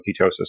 ketosis